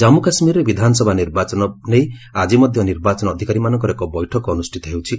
ଜାମ୍ପୁ କାଶ୍ମୀରରେ ବିଧାନସଭା ନିର୍ବାଚନ ନେଇ ଆଜି ମଧ୍ୟ ନିର୍ବାଚନ ଅଧିକାରୀମାନଙ୍କର ଏକ ବୈଠକ ଅନୁଷ୍ଠିତ ହେଉଛି